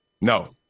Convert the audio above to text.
No